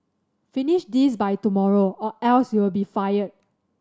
finish this by tomorrow or else you'll be fired